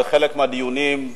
בחלק מהדיונים,